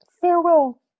Farewell